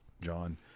John